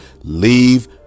Leave